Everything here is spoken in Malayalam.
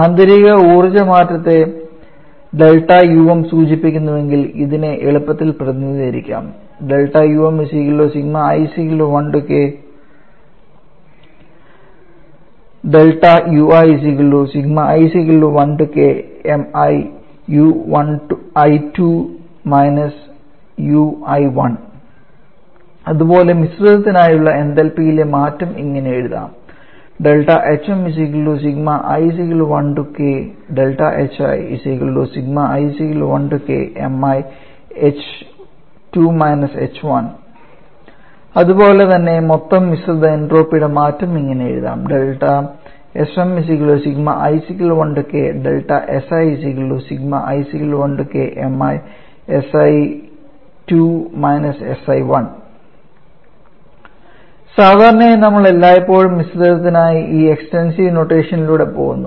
ആന്തരിക ഊർജ്ജ മാറ്റത്തെ ΔUm സൂചിപ്പിക്കുന്നുവെങ്കിൽ ഇതിനെ എളുപ്പത്തിൽ പ്രതിനിധീകരിക്കാം അതുപോലെ മിശ്രിതത്തിനായുള്ള എന്തൽപിയിലെ മാറ്റം ഇങ്ങനെ എഴുതാം അതുപോലെതന്നെ മൊത്തം മിശ്രിത എൻട്രോപ്പിയുടെ മാറ്റം ഇങ്ങനെ എഴുതാം സാധാരണയായി നമ്മൾഎല്ലായ്പ്പോഴും മിശ്രിതത്തിനായി ഈ എക്സ്ടെൻസീവ് നൊട്ടേഷലൂടെ പോകുന്നു